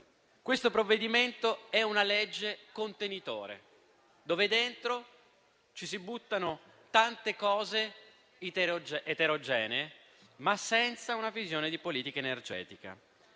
Questo provvedimento è una legge contenitore, all'interno della quale si buttano tante cose eterogenee, ma senza una visione di politica energetica.